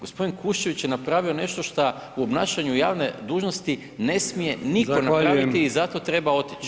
Gospodin Kuščević je napravio nešto šta u obnašanju javne dužnosti ne smije nitko napraviti [[Upadica: Zahvaljujem.]] i zato treba otići.